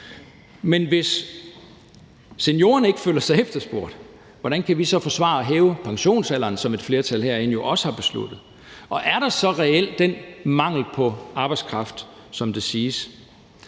Men hvis seniorerne ikke føler sig efterspurgt, hvordan kan vi så forsvare at hæve pensionsalderen, som et flertal herinde jo også har besluttet? Og er der så reelt den mangel på arbejdskraft, som det siges?